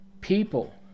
people